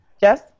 Jess